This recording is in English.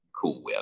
cool